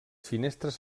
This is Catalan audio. finestres